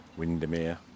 Windermere